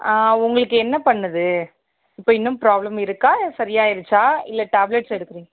ஆ உங்களுக்கு என்ன பண்ணுது இப்போ இன்னும் ப்ராப்ளம் இருக்கா சரியாகிருச்சா இல்லை டேப்லெட்ஸ் எடுக்கிறீங்